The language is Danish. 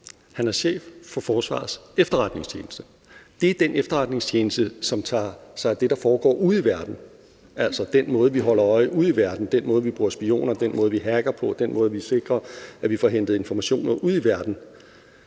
Han er chef for Forsvarets Efterretningstjeneste. Det er den efterretningstjeneste, som tager sig af det, der foregår ude i verden, altså den måde, vi holder øje på ude i verden, den måde, vi bruger spioner på, den måde, vi hacker på, og den måde, vi sikrer, at vi får hentet informationer på ude i verden.